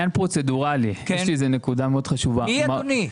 מי אדוני?